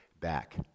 back